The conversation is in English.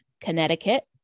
connecticut